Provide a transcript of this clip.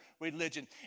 religion